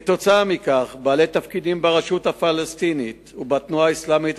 עקב כך פרסמו בעלי תפקידים ברשות הפלסטינית ובתנועה האסלאמית,